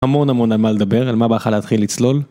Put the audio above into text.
המון המון על מה לדבר, על מה בא לך להתחיל לצלול